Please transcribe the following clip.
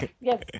yes